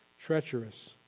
treacherous